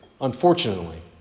Unfortunately